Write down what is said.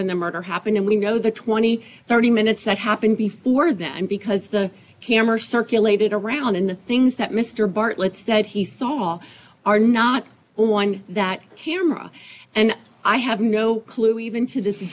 when the murder happened and we know the two thousand and thirty minutes that happened before that and because the cameras circulated around and the things that mr bartlett's said he saw are not on that camera and i have no clue even to this